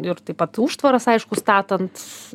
ir taip pat užtvaras aišku statant